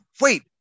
wait